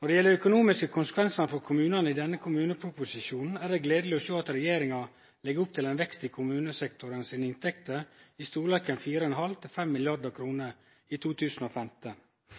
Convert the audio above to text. Når det gjeld dei økonomiske konsekvensane for kommunane i denne kommuneproposisjonen, er det gledeleg å sjå at regjeringa legg opp til ein vekst i kommunesektorens inntekter i storleiken